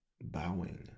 bowing